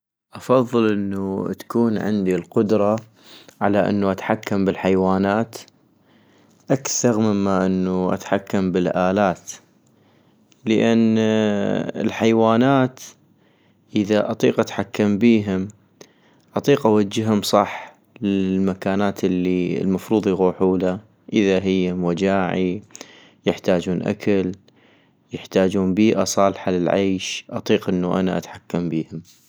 افضل انو تكون عندي القدرة على انو اتحكم بالحيوانات اكثغ مما انو اتحكم بالالات - لان الحيوانات اذا اطيق اتحكم بيهم اطيق اوجهم صح للمكانات الي المفروض يغوحولا ، اذا هيم وجاعي يحتاجون اكل يحتاجون بيئة صالحة للعيش اطيق انو أنا اتحكم بيهم